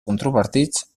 controvertits